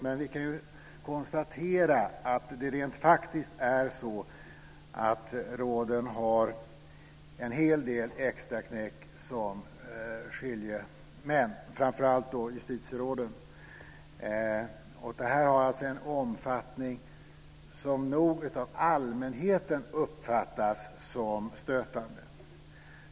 Men vi kan konstatera att det rent faktiskt är så att råden har en hel del extraknäck som skiljemän, framför allt justitieråden. Det här har en omfattning som nog av allmänheten uppfattas som stötande.